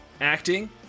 acting